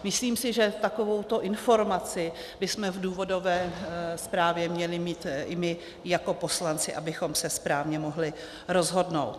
Myslím si, že takovouto informaci bychom v důvodové zprávě měli mít i my jako poslanci, abychom se správně mohli rozhodnout.